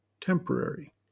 temporary